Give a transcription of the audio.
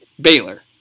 Baylor